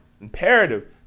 imperative